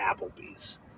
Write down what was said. Applebee's